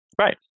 Right